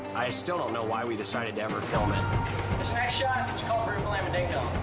i still don't know why we decided to ever film and this next shot is called roof-alama-ding-dong.